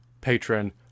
patron